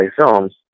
films